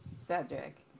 cedric